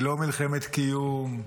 היא לא מלחמת קיום,